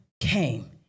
came